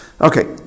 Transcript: Okay